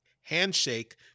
handshake